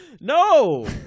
No